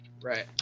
Right